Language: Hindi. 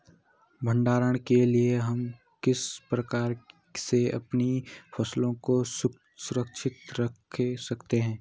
भंडारण के लिए हम किस प्रकार से अपनी फसलों को सुरक्षित रख सकते हैं?